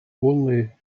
only